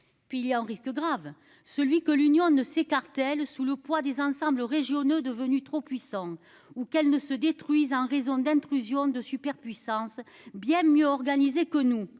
Puis il y a un risque grave, celui que l'Union ne s'écartèle sous le poids des ensembles régionaux devenus trop puissant ou qu'elle ne se détruisent, en raison d'intrusion de superpuissance bien mieux organisé que nous.